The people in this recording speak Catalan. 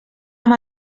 amb